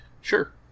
Sure